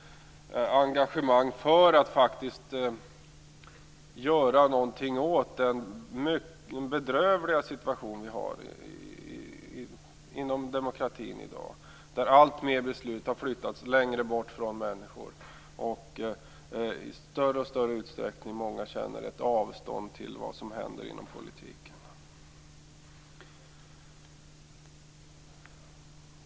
Det finns ett engagemang för att faktiskt göra något åt den bedrövliga situation som vi har i dag när det gäller demokratin. Alltfler beslut har ju flyttats längre bort från människor, och många känner i allt större utsträckning ett avstånd till vad som händer i politiken.